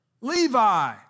Levi